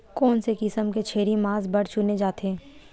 कोन से किसम के छेरी मांस बार चुने जाथे?